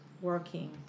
working